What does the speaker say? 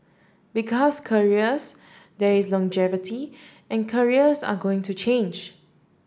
because careers there is longevity and careers are going to change